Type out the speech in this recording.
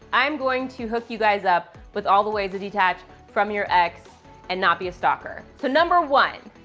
i'm going to hook you guys up with all the ways to detach from your ex and not be a stalker. so number one,